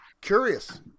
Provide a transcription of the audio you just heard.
curious